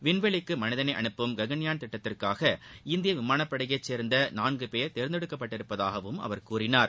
விண்வெளிக்கு மனிதனை அனுப்பும் ககன்யான் திட்டத்திற்காக இந்திய விமானப்படையைச் சேர்ந்த நான்கு போ தேர்ந்தெடுக்கப்பட்டிருப்பதாகவும் அவர் கூறினார்